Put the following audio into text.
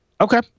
Okay